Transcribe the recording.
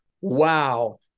Wow